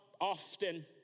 often